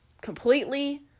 Completely